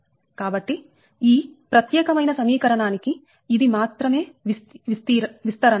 కాబట్టి ఈ ప్రత్యేకమైన సమీకరణానికి ఇది మాత్రమే విస్తరణ